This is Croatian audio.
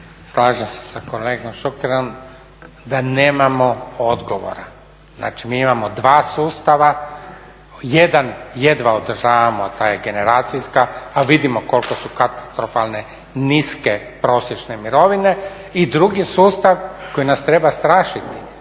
Slažem se sa kolegom Šukerom da nemamo odgovora. Znači mi imamo dva sustava, jedan jedva održavamo, taj generacijska, a vidimo koliko su katastrofalne niske, prosječne mirovine i drugi sustav koji nas treba strašiti,